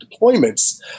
deployments